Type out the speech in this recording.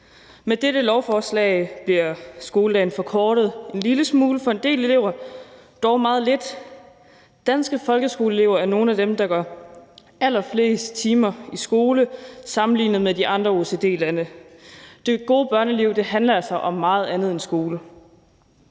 Med dette lovforslag bliver skoledagen forkortet en lille smule for en del elever, dog meget lidt. Danske folkeskoleelever er nogle af dem, der går allerflest timer i skole sammenlignet med de andre OECD-lande. Det gode børneliv handler altså om meget andet end skole.